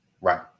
right